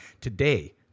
Today